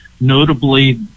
notably